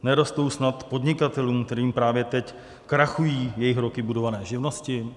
Nerostou snad podnikatelům, kterým právě teď krachují jejich roky budované živnosti?